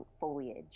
foliage